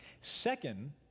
Second